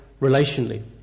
relationally